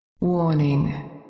Warning